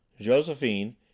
josephine